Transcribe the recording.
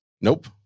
Nope